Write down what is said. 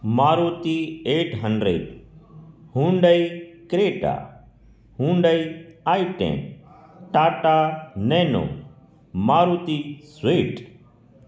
Maruti eight hundred Hyundai Creta Hyundai I ten Tata Nano Maruti Swift